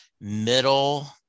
middle